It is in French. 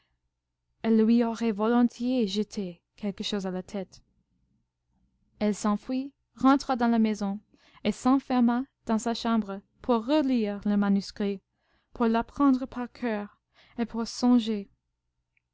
elle lui aurait volontiers jeté quelque chose à la tête elle s'enfuit rentra dans la maison et s'enferma dans sa chambre pour relire le manuscrit pour l'apprendre par coeur et pour songer